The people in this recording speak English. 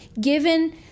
given